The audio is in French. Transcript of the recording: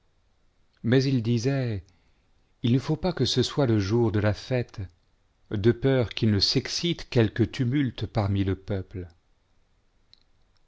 mais ils disaient ne faut pas que ce soit le jour de la fête de peur qu'il ne s'excite quelque tumulte parmi le peuple